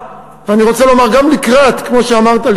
כמו שאמרת,